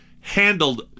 handled